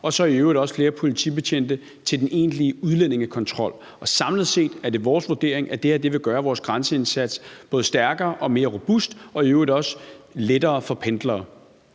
der i øvrigt også være flere politibetjente til den egentlige udlændingekontrol. Og samlet set er det vores vurdering, at det her vil gøre vores grænseindsats både stærkere og mere robust og i øvrigt også lettere i forhold til pendlere.